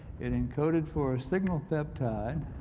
it encoded for a signal peptide,